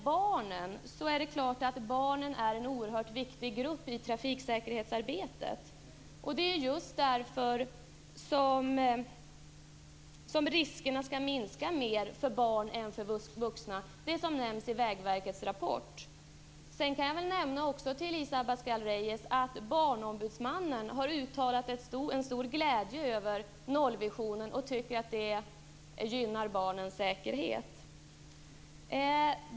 Det är klart att barnen är en oerhört viktig grupp i trafiksäkerhetsarbetet. Det är just därför som riskerna skall minska mer för barn än för oss vuxna, vilket också nämns i Vägverkets rapport. Sedan vill jag också berätta för Elisa Abascal Reyes att Barnombudsmannen har uttalat en stor glädje över nollvisionen, eftersom den gynnar barnens säkerhet.